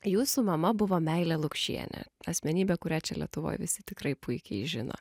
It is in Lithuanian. jūsų mama buvo meilė lukšienė asmenybė kurią čia lietuvoj visi tikrai puikiai žino